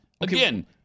Again